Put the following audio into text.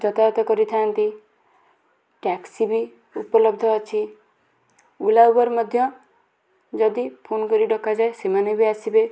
ଯାତାୟତ କରିଥାନ୍ତି ଟ୍ୟାକ୍ସି ବି ଉପଲବ୍ଧ ଅଛି ଓଲା ଉବର୍ ମଧ୍ୟ ଯଦି ଫୋନ୍ କରି ଡ଼କାଯାଏ ସେମାନେ ବି ଆସିବେ